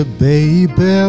baby